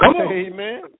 Amen